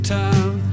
time